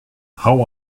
how